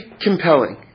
compelling